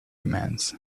commands